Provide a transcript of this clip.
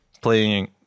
playing